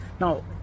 now